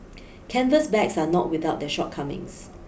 canvas bags are not without their shortcomings